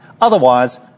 Otherwise